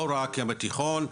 לא רק ים התיכון,